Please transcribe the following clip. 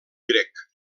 grec